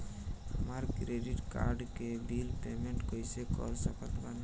हमार credit card के bill payment कइसे कर सकत बानी?